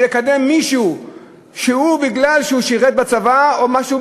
ולקדם מישהו רק כי הוא שירת בצבא או משהו,